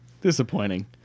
Disappointing